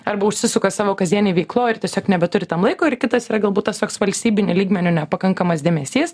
arba užsisuka savo kasdienėj veikloj ir tiesiog nebeturi tam laiko ir kitas yra galbūt tas toks valstybiniu lygmeniu nepakankamas dėmesys